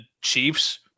Chiefs